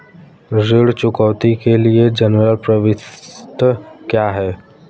ऋण चुकौती के लिए जनरल प्रविष्टि क्या है?